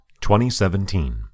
2017